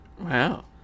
Wow